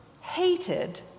hated